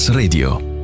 Radio